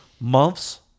months